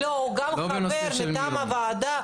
לא בנושא של מירון.